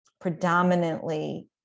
predominantly